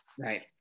right